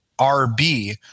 RB